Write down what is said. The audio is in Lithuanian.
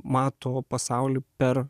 mato pasaulį per